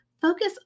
focus